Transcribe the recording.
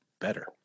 better